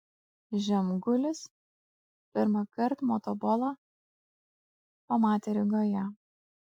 žemgulis pirmąkart motobolą pamatė rygoje